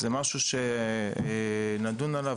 זה משהו שנדון עליו.